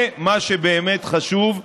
זה מה שבאמת חשוב,